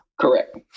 Correct